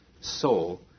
soul